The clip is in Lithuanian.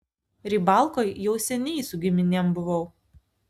rybalkoj jau seniai su giminėm buvau